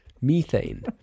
methane